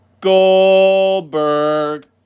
Goldberg